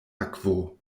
akvo